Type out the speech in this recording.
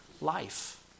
life